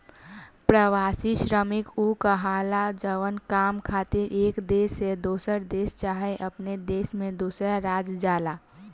प्रवासी श्रमिक उ कहाला जवन काम खातिर एक देश से दोसर देश चाहे अपने देश में दोसर राज्य जाला